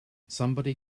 somebody